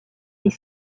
est